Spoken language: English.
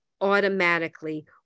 automatically